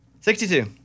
sixty-two